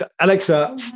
Alexa